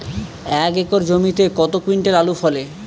এক একর জমিতে কত কুইন্টাল আলু ফলে?